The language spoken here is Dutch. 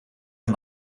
een